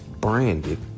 branded